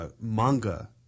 manga